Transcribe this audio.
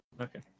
Okay